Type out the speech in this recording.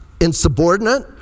insubordinate